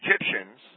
Egyptians